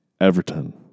Everton